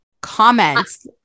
comments